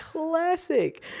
Classic